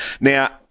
Now